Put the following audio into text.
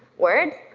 word,